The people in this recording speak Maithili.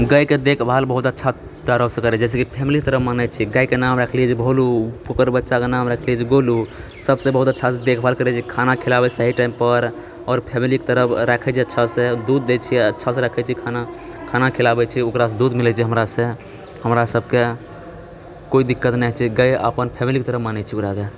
गायके देखभाल बहुत अच्छा तरहसँ करए छिऐ जैसेकि फैमिलीके तरह मानय छी गायके नाम रखलिऐ जे भोलू ओकरा बच्चाकेँ नाम रखलिऐ जे गोलू सबसँ बहुत अच्छासँ देखभाल करए छिऐ खाना खिलाबए सही टाइमपर आओर फैमिलीके तरह राखेै छिऐ अच्छासँ आओर दूध दए छिए अच्छासँ रखए छिऐ खाना खाना खिलाबए छिए ओकरासँ दूध मिलैत छै हमरासँ हमरा सबके कोइ दिक्कत नहि होइत छै गाय अपन फेमिलीकेँ तरह मानए छिए ओकराके